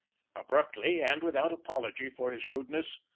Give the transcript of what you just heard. abruptly, and without apology for his rudeness,